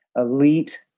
elite